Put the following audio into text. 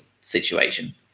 situation